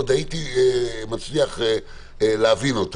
עוד הייתי מצליח להבין אותו